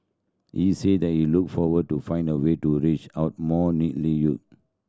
he said that he look forward to find a way to reach out more youths